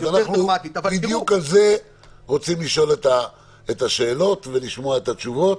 אנחנו בדיוק על זה רוצים לשאול את השאלות ולשמוע את התשובות.